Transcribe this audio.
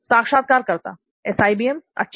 साक्षात्कारकर्ता एसआईबीएम अच्छा